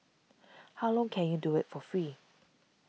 how long can you do it for free